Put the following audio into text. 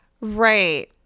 Right